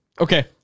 Okay